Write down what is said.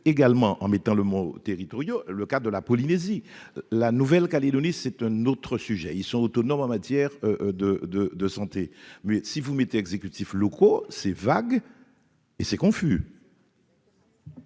également en mettant le mot territoriaux, le cas de la Polynésie, la Nouvelle-Calédonie, c'est un autre sujet, ils sont autonomes en matière de, de, de santé, mais si vous mettez exécutifs locaux c'est vagues et c'est confus.